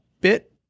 bit